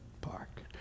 park